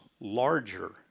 larger